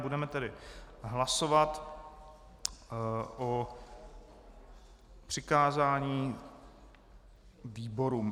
Budeme tedy hlasovat o přikázání výborům.